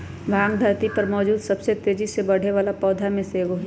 भांग धरती पर मौजूद सबसे तेजी से बढ़ेवाला पौधा में से एगो हई